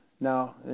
Now